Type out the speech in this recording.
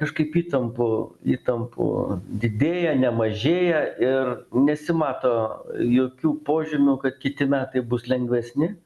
kažkaip įtampų įtampų didėja nemažėja ir nesimato jokių požymių kad kiti metai bus lengvesni